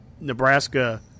Nebraska